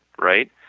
right.